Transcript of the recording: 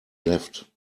left